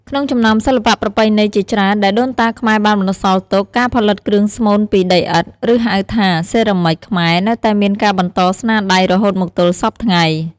ក្នុងចំណោមសិល្បៈប្រពៃណីជាច្រើនដែលដូនតាខ្មែរបានបន្សល់ទុក ការផលិតគ្រឿងស្មូនពីដីឥដ្ឋ ឬហៅថា សេរ៉ាមិចខ្មែរនៅតែមានការបន្តស្នាដៃររហូតមកទល់សព្វថ្ងៃ។